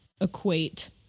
equate